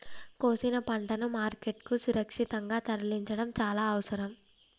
కోసిన పంటను మార్కెట్ కు సురక్షితంగా తరలించడం చాల అవసరం